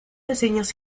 reseñas